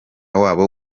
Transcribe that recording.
wabo